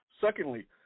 Secondly